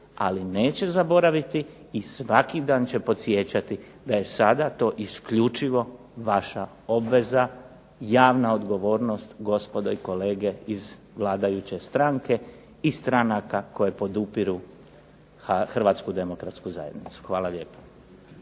i neće zaboraviti i svaki dan će podsjećati da je sada to isključivo vaša obveza, javna odgovornost gospodo i kolege iz vladajuće stranke i stranaka koje podupiru Hrvatsku demokratsku zajednicu. Hvala lijepo.